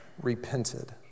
repented